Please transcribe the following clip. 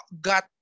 got